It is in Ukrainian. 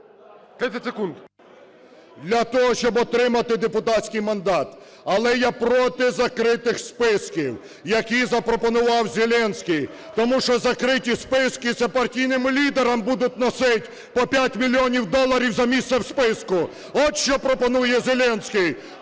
для того, щоб отримати депутатський мандат. Але я проти закритих списків, які запропонував Зеленський. Тому що закриті списки - це партійним лідерам будуть носить по п'ять мільйонів доларів за місце у списку. Ось, що пропонує Зеленський,